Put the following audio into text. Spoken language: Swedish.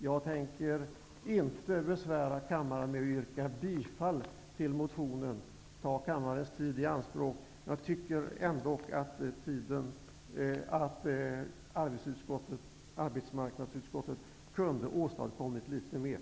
Jag tänker inte ta kammarens tid i anspråk med att yrka bifall till motionen, men jag tycker att arbetsmarknadsutskottet kunde ha åstadkommit litet mer.